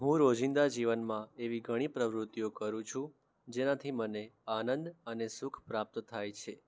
હું રોજિંદા જીવનમાં એવી ઘણી પ્રવૃત્તિઓ કરું છું જેનાથી મને આનંદ અને સુખ પ્રાપ્ત થાય છે